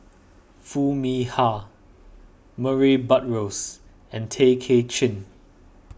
Foo Mee Har Murray Buttrose and Tay Kay Chin